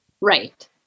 right